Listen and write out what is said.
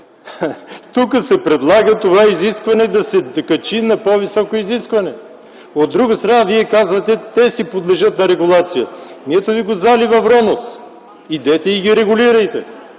Тук се предлага това изискване да се качи на по-високо ниво. От друга страна Вие казвате: „Те си подлежат на регулация”. Ами ето ви го залива „Вромос”, идете и ги регулирайте.